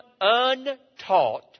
untaught